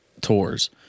tours